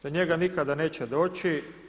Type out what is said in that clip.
Do njega nikada neće doći.